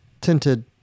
tinted